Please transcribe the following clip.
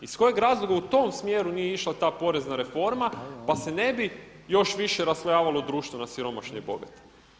Iz kojeg razloga u tom smjeru nije išla ta porezna reforma pa se ne bi još više raslojavalo društvo na siromašne i bogate?